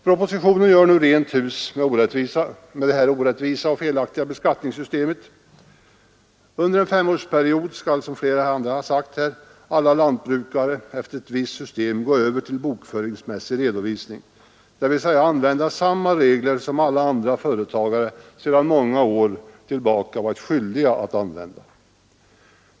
Propositionen gör nu rent hus med det här orättvisa och felaktiga beskattningssystemet. Under en femårsperiod skall, som flera andra har sagt här, alla lantbrukare efter ett visst system gå över till bokföringsmässig redovisning, dvs. använda samma regler som alla andra företagare sedan många år tillbaka varit skyldiga att använda.